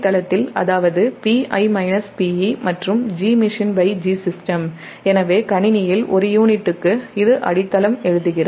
அதாவது Pi Pe மற்றும் GmachineGsystem ஒரு யூனிட்டுக்கு இது அடித்தளம் எழுதுகிறோம்